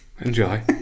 Enjoy